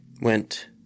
went